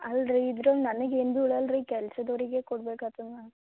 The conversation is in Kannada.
ಅಲ್ಲರೀ ಇದ್ರಾಗೆ ನನ್ಗೆ ಏನು ಬೀಳಲ್ಲ ರೀ ಕೆಲಸದವ್ರಿಗೇ ಕೊಡ್ಬೇಕು ಆಗ್ತದೆ ನಾ